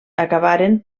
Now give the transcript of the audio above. acabaren